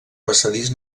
passadís